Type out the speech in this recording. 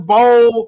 Bowl